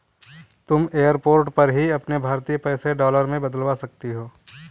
तुम एयरपोर्ट पर ही अपने भारतीय पैसे डॉलर में बदलवा सकती हो